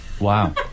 Wow